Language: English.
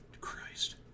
christ